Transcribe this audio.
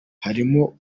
harimo